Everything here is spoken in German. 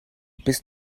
bist